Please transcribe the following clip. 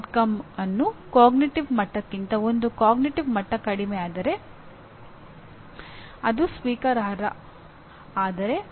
ಈ ದಿನಗಳಲ್ಲಿ ಎಂಜಿನಿಯರಿಂಗ್ ಸಂಸ್ಥೆಗಳು ಕೇವಲ ಎನ್ಬಿಎ ಪಠ್ಯಕ್ರಮದ ರಚನೆಯಾಗಿದೆ